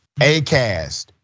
Acast